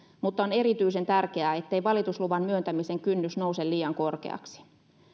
mutta on erityisen tärkeää ettei valitusluvan myöntämisen kynnys nouse liian korkeaksi